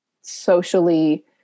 socially